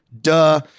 Duh